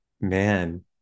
man